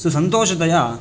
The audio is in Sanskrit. सुसन्तोषतया